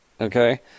Okay